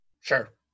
Sure